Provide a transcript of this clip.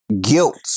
guilt